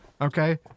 okay